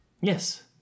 Yes